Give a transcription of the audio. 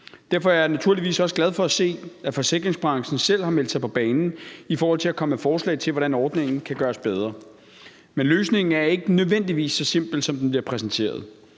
Derfor er jeg naturligvis også glad for at se, at forsikringsbranchen selv har meldt sig på banen i forhold til at komme med forslag til, hvordan ordningen kan gøres bedre. Men løsningen er ikke nødvendigvis så simpel, som den bliver præsenteret.